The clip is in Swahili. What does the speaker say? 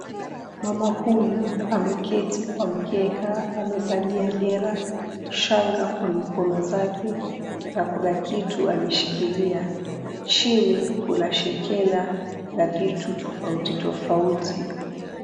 Mama huyu ameketi kwa mkeka, amevalia dera, shanga kwa mikono zake na kuna kitu ameshikilia. Chini kuna shekela na vitu tofauti tofauti.